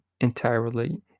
entirely